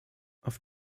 auf